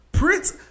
Prince